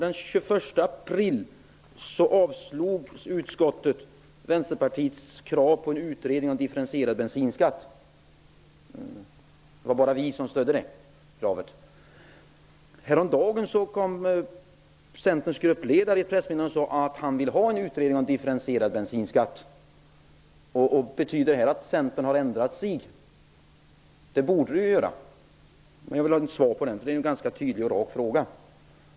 Den 21 april avstyrkte utskottet Vänsterpartiets krav på en utredning om en differentierad bensinskatt. Det var bara vi som stödde det kravet. Häromdagen sade Centerns gruppledare i ett pressmeddelande att han ville ha en utredning om differentierad bensinskatt. Betyder det att Centern har ändrat sig? Det borde det göra. Jag vill ha svar på den tydliga och raka frågan.